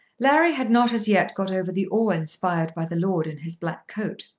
larry had not as yet got over the awe inspired by the lord in his black coat.